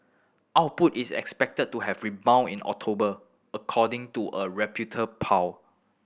output is expected to have rebound in October according to a Reputer poll